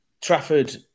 Trafford